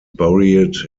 buried